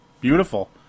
Beautiful